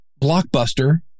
Blockbuster